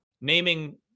naming